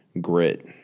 grit